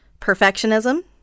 perfectionism